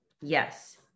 Yes